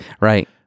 Right